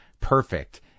perfect